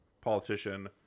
politician